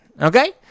okay